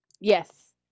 Yes